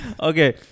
Okay